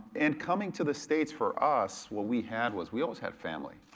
and coming to the states for us, what we had was, we always had family.